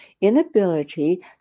inability